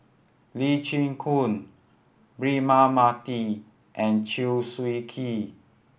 Lee Chin Koon Braema Mathi and Chew Swee Kee